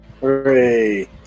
Hooray